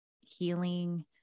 healing